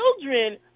children